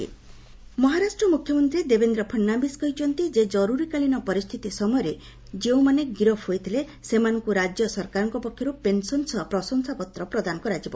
ମହା ଏମର୍ଜେନ୍ସୀ ମହାରାଷ୍ଟ୍ର ମୁଖ୍ୟମନ୍ତ୍ରୀ ଦେବେନ୍ଦ୍ର ଫଡ଼ନାଭିସ୍ କହିଛନ୍ତି ଯେ ଜରୁରିକାଳୀନ ପରିସ୍ଥିତି ସମୟରେ ଯେଉଁମାନେ ଗିରଫ୍ ହୋଇଥିଲେ ସେମାନଙ୍କୁ ରାଜ୍ୟ ସରକାରଙ୍କ ପକ୍ଷରୁ ପେନ୍ସନ୍ ସହ ପ୍ରଶଂସାପତ୍ର ପ୍ରଦାନ କରାଯିବ